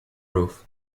roof